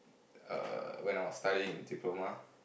err when I was studying in diploma